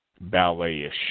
ballet-ish